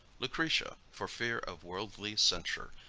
lucretia, for fear of worldly censure,